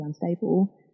unstable